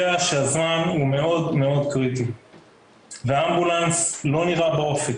שהזמן הוא מאוד מאוד קריטי והאמבולנס לא נראה באופק.